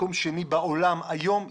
מקום שני בעולם היום ישראל.